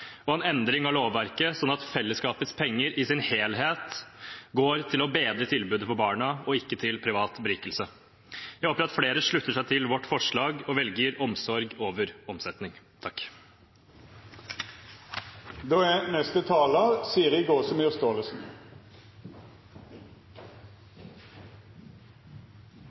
og vi må få en endring av lovverket, slik at fellesskapets penger i sin helhet går til å bedre tilbudet for barna og ikke til privat berikelse. Jeg håper at flere slutter seg til vårt forslag og velger omsorg foran omsetning.